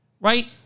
right